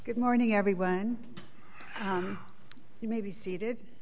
good morning everyone you may be seated